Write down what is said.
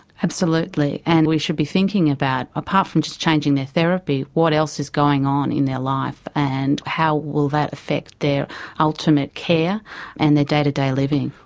absolutely, and we should be thinking about, apart from changing their therapy, what else is going on in their life and how will that affect their ultimate care and their day to day living.